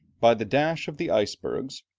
by the dash of the icebergs,